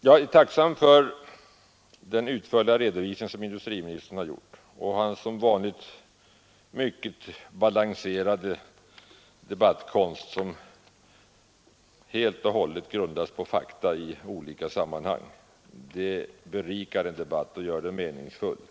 Jag är tacksam för den utförliga redovisning som industriministern här lämnat och för hans som vanligt mycket balanserade debattkonst, som alltid grundar sig på fakta i olika sammanhang. Det berikar en debatt och gör den meningsfull.